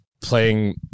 playing